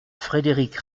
frédéric